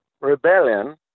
rebellion